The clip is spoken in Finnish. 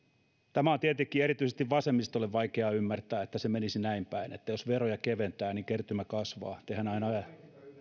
tämä on tietenkin erityisesti vasemmistolle vaikeaa ymmärtää että se menisi näin päin että jos veroja keventää niin kertymä kasvaa